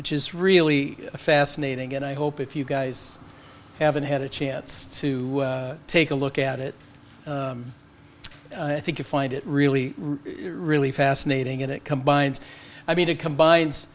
which is really fascinating and i hope if you guys haven't had a chance to take a look at it i think you find it really really fascinating and it combines i mean it combines